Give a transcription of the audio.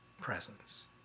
presence